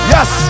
Yes